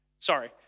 Sorry